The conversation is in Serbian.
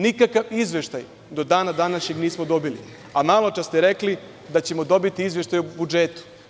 Nikakav izveštaj do dana današnjeg nismo dobili, a malopre ste rekli da ćemo dobiti izveštaj o budžetu.